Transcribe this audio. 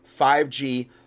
5G